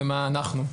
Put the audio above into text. ומה אנחנו,